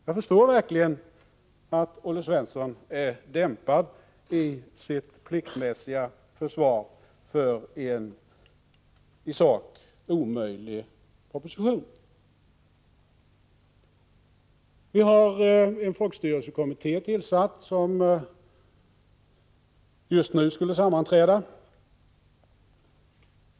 Jag förstår verkligen att Olle Svensson är dämpad i sitt pliktskyldiga försvar för en i sak omöjlig proposition. Det har tillsatts en folkstyrelsekommitté, som just nu skulle sammanträda.